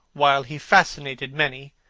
while he fascinated many,